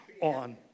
on